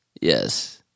yes